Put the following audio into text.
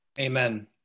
Amen